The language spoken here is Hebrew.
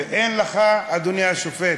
ואין לך, אדוני השופט,